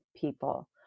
people